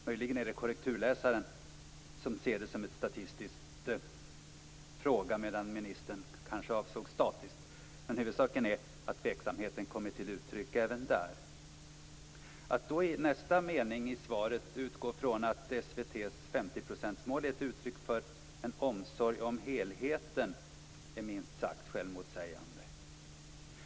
Möjligen är det korrekturläsaren som ser det som en statistisk fråga, medan ministern kanske avsåg statisk. Huvudsaken är att tveksamheten kommer till uttryck även där. Att då i nästa mening i svaret utgå från att SVT:s 50-procentsmål är ett uttryck för en omsorg om helheten är minst sagt självmotsägande.